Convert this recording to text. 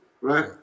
right